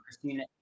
christina